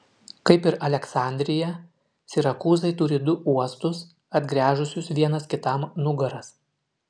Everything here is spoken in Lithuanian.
kaip ir aleksandrija sirakūzai turi du uostus atgręžusius vienas kitam nugaras